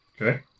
Okay